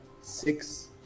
six